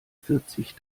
vierzig